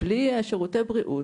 בלי שירותי בריאות,